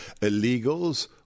Illegals